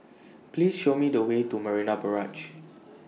Please Show Me The Way to Marina Barrage